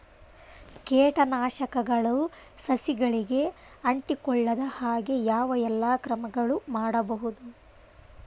ಕೇಟನಾಶಕಗಳು ಸಸಿಗಳಿಗೆ ಅಂಟಿಕೊಳ್ಳದ ಹಾಗೆ ಯಾವ ಎಲ್ಲಾ ಕ್ರಮಗಳು ಮಾಡಬಹುದು?